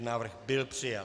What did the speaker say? Návrh byl přijat.